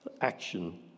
action